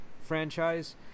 franchise